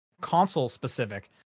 console-specific